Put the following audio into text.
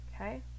Okay